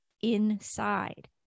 inside